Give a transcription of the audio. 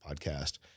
podcast